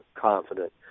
confident